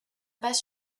pas